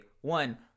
one